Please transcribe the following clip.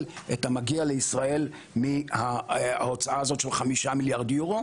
את המגיע לישראל מההוצאה הזאת של 5 מיליארד יורו.